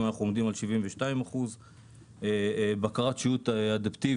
היום אנחנו עומדים על 72%. בקרת שיוט אדפטיבית,